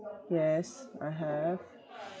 yes I have